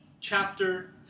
chapter